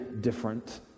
different